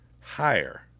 Higher